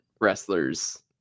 wrestlers